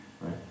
right